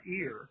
ear